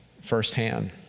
Firsthand